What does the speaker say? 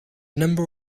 number